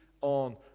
on